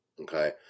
Okay